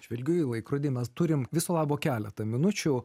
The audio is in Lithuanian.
žvelgiu į laikrodį mes turim viso labo keletą minučių